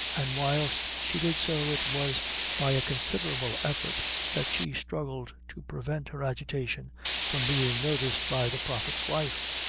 and whilst she did so, it was by a considerable effort that she struggled to prevent her agitation from being noticed by the prophet's wife.